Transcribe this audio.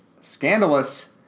scandalous